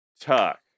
tuck